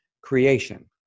creation